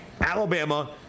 Alabama